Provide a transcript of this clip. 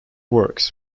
works